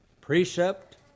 Precept